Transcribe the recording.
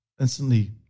instantly